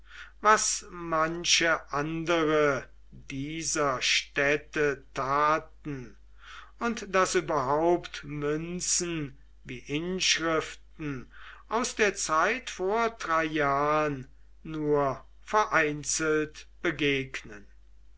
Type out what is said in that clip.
was manche andere dieser städte taten und daß überhaupt münzen wie inschriften aus der zeit vor traian nur vereinzelt begegnen